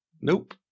Nope